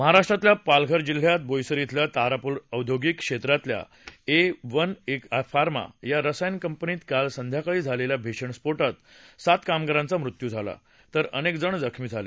महाराष्ट्रातल्या पालघर जिल्ह्यात बोईसर थिल्या तारापूर औद्योगिक क्षेत्रातल्या ए एन के फार्मा या रसायन कंपनीत काल संध्याकाळी भीषण स्फो होऊन सात कामगारांचा मृत्यू झाला तर अनेक जण जखमी झाले